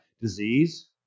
Disease